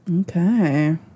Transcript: Okay